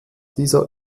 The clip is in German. dieser